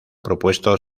propuesto